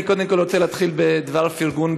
אני קודם כול רוצה להתחיל בדבר פרגון,